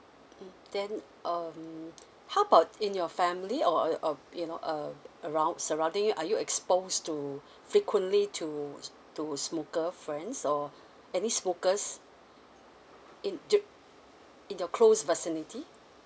then um how about in your family or uh or you know uh around surrounding you are you exposed to frequently to to smoker friends or any smokers in the in your close vicinity